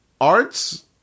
Arts